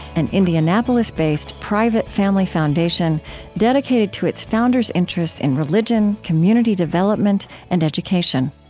an indianapolis-based, private family foundation dedicated to its founders' interests in religion, community development, and education